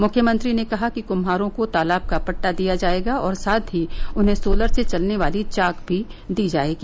मुख्यमंत्री ने कहा कि कुम्हारो को तालाब का पट्टा दिया जायेगा और साथ ही उन्हें सोलर से चलने वाली चॉक भी दी जायेगी